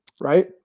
Right